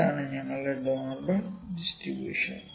ഇതാണ് ഞങ്ങളുടെ normal distribution